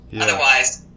otherwise